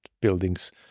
buildings